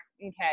okay